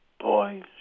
Boy